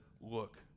look